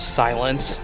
silence